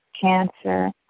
cancer